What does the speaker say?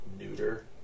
neuter